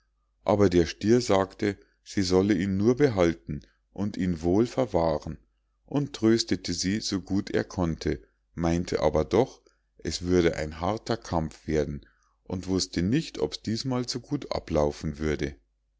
aber der stier sagte sie solle ihn nur behalten und ihn wohl verwahren und tröstete sie so gut er konnte meinte aber doch es würde ein harter kampf werden und wußte nicht ob's diesmal so gut ablaufen würde